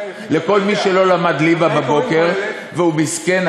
לכל מי שלא ללמד ליבה בבוקר והוא מסכן,